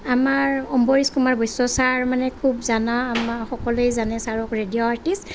আমাৰ অম্বৰিশ কুমাৰ বৈশ্য ছাৰ মানে খুব জানা আমাক সকলোৱে জানে চাৰক ৰেডিঅ' আৰ্টিষ্ট